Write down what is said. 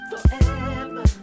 forever